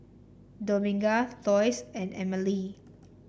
Dominga Lois and Emelie